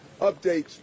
updates